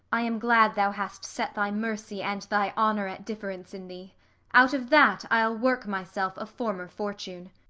i am glad thou hast set thy mercy and thy honour at difference in thee out of that i'll work myself a former fortune.